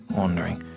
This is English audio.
wondering